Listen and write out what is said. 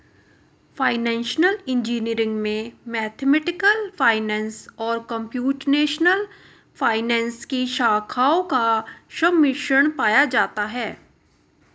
financial engineering में mathematical finance और computational finance की शाखाओं का सम्मिश्रण पाया जाता है